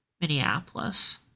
Minneapolis